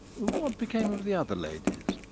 what became of the other ladies?